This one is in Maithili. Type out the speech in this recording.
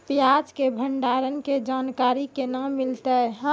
प्याज के भंडारण के जानकारी केना मिलतै?